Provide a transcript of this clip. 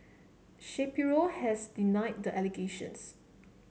Shapiro has denied the allegations